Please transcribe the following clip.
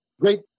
great